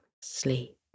sleep